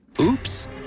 Oops